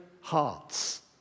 hearts